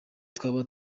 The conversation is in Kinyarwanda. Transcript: twaba